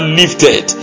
lifted